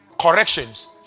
corrections